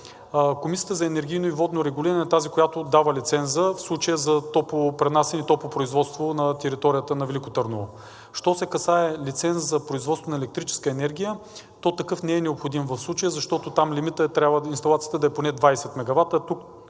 Комисията за енергийно и водно регулиране е тази, която дава лиценза в случай на топлопренасяне и топлопроизводство на територията на Велико Търново. Що се касае до лиценза за производство на електрическа енергия, то такъв не е необходим в случая, защото там лимитът, трябва инсталацията да е поне 20 мегавата,